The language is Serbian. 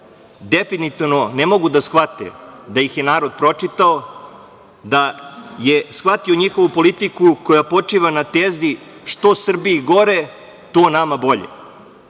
definitivno ne mogu da shvate da ih je narod pročitao, da je shvatio njihovu politiku koja počiva na tezi – što Srbiji gore, to nama